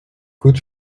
good